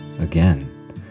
Again